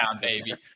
baby